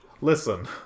Listen